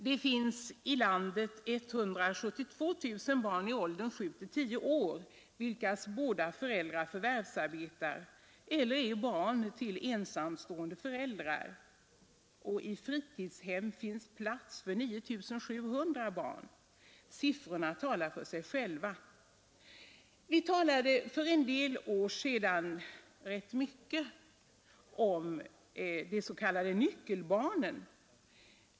Det finns i landet 172 000 barn i åldern 7—10 år, vilkas båda föräldrar förvärvsarbetar eller vilka är barn till ensamstående föräldrar, och i fritidshem finns det plats för 9 700 barn. Siffrorna talar för sig själva. Vi diskuterade för en del år sedan rätt mycket om de s.k. nyckelbarnen.